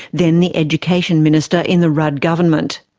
then the education minister in the rudd government.